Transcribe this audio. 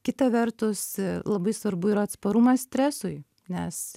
kita vertus labai svarbu yra atsparumas stresui nes